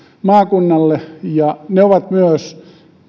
maakunnalle ne ovat myös